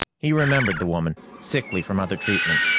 he remembered the woman, sickly from other treatment.